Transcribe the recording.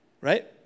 Right